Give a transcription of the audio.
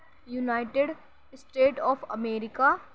united state of America